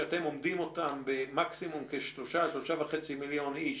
שאתם אומדים אותם במקסימום 3.5-3 מיליון איש,